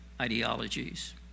ideologies